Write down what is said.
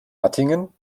hattingen